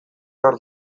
behar